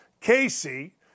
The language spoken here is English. Casey